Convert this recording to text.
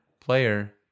player